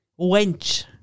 wench